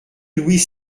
louis